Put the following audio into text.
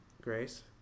Grace